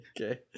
Okay